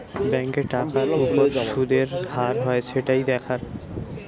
ব্যাংকে টাকার উপর শুদের হার হয় সেটাই দেখার